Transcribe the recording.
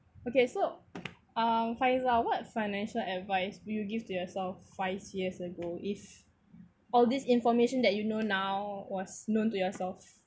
okay so uh Faizah what financial advice would you give to yourself five years ago if all this information that you know now was known to yourself